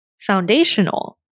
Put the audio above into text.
foundational